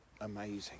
amazing